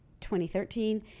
2013